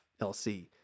LC